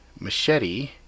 machete